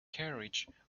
carriage